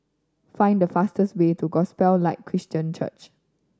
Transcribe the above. find the fastest way to Gospel Light Christian Church